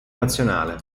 nazionale